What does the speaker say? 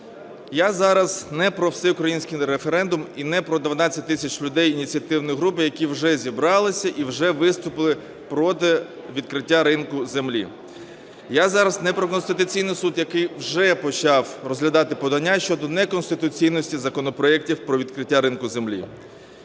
Я зараз не про всеукраїнський референдум і не про 12 тисяч людей ініціативної групи, які вже зібралися і вже виступили проти відкриття ринку землі. Я зараз не про Конституційний Суд, який вже почав розглядати подання щодо неконституційності законопроектів про відкриття ринку землі.